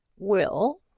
will,